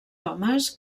homes